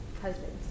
husbands